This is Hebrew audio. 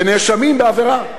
ונאשמים בעבירה,